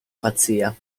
pazzia